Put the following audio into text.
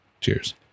cheers